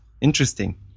interesting